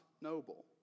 noble